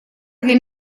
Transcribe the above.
для